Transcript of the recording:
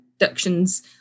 reductions